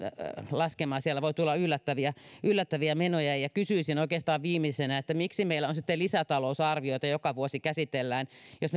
laskemaan siellä voi tulla yllättäviä yllättäviä menoja ja ja kysyisin oikeastaan viimeisenä että miksi meillä sitten lisätalousarvioita joka vuosi käsitellään jos